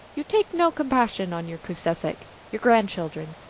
you take no com passion on your koosesek, your grandchildren.